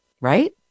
Right